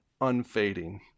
unfading